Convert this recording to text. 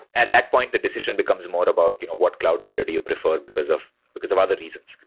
at that point, the decision becomes more about what cloud vendor do you prefer because of because of other reasons.